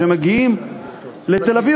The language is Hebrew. שמגיעים לתל-אביב,